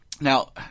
Now